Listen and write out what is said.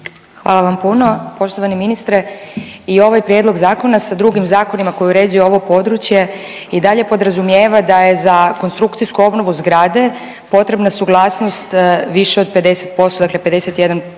Hvala vam puno. Poštovani ministre i ovaj prijedlog zakona sa drugim zakonima koji uređuje ovo područje i dalje podrazumijeva da je za konstrukcijsku obnovu zgrade potrebna suglasnost više od 50%, dakle 51%